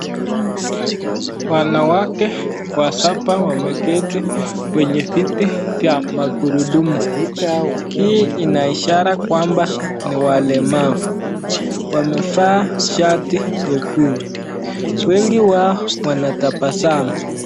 Wanawake wasaba wameketi kwenye viti vya magurudumu hii inaishara kwamba ni walemavu wamevaa shati nyekundu wengi wao wanatabasamu.